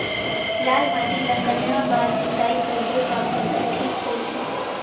लाल माटी ला कतना बार जुताई करबो ता फसल ठीक होती?